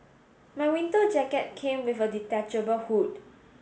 my winter jacket came with a detachable hood